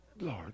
Lord